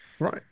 Right